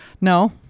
no